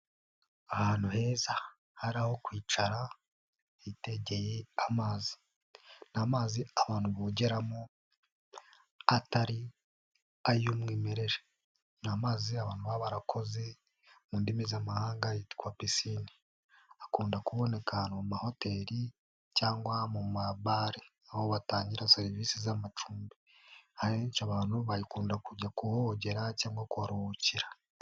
Ahantu heza hari aho kwicara hitegeye amazi. Ni amazi abantu bogeramo atari ay'umwimerere. Ni amazi abantu baba barakoze mu ndimi z'amahanga yitwa pisine, akunda kuboneka mu mahoteli cyangwa mu mabare, aho batangira serivisi z'amacumbi. Abenshi abantu bakunda kujya kuhogera cyangwa kuharuhukira.